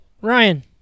Ryan